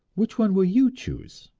which one will you choose?